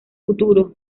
futuro